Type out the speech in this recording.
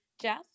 Jeff